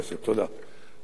תודה, אדוני.